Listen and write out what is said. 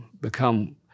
become